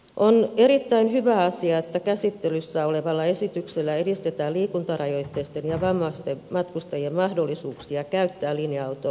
on erittäin hyvä asia että käsittelyssä olevalla esityksellä edistetään liikuntarajoitteisten ja vammaisten matkustajien mahdollisuuksia käyttää linja autoliikennettä